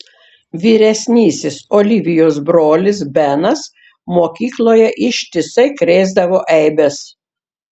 vyresnysis olivijos brolis benas mokykloje ištisai krėsdavo eibes